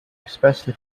expressly